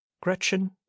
gretchen